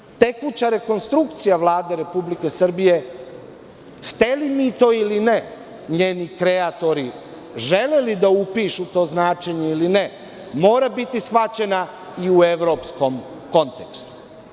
Upravo i tekuća rekonstrukcija Vlade Republike Srbije, hteli mi to ili ne, njeni kreatori želeli da upišu to značenje ili ne, mora biti shvaćena i u evropskom kontekstu.